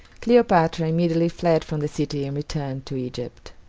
cleopatra immediately fled from the city and returned to egypt.